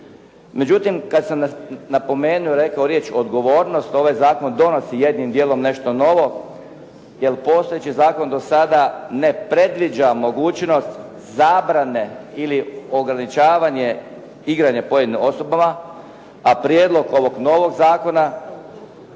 Međutim, kada sam napomenuo i rekao riječ odgovornost, ovaj zakon donosi jednim dijelom nešto novo jer postojeći zakon do sada ne predviđa mogućnost zabrane ili ograničavanje igranja pojedinim osobama. A prijedlog ovog novog zakona